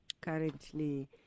currently